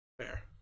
fair